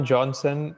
Johnson